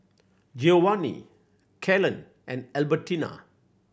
Giovanni Kalen and Albertina